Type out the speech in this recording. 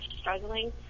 struggling